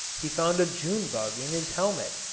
he found a june-bug in his helmet,